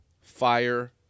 fire